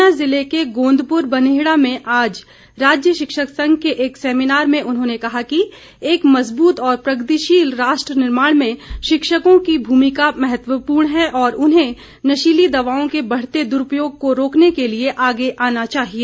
ऊना जिले के गोंदपुर बनहेड़ा में आज राज्य शिक्षक संघ के एक सेमिनार में उन्होंने कहा कि एक मजबूत और प्रगतिशील राष्ट्र निर्माण में शिक्षकों की भूमिका महत्वपूर्ण है और उन्हें नशीली दवाओं के बढ़ते दुरूपयोग को रोकने के लिए आगे आना चाहिए